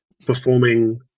performing